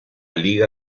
liga